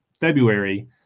February